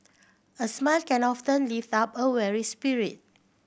a smile can lift up a weary spirit